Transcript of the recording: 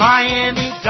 Miami